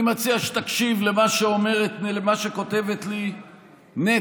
אני מציע שתקשיב למה שכותבת לי נטע,